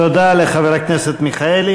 תודה לחבר הכנסת מיכאלי.